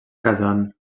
casant